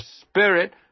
Spirit